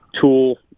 tool